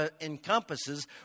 encompasses